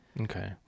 Okay